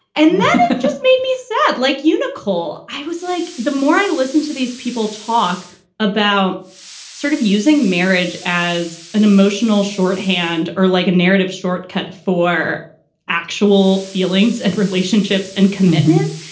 and it just made me sad like you, nicole. i was like, the more i listen to these people talk about sort of using marriage as an emotional shorthand or like a narrative shortcut for actual feelings and relationships and commitment.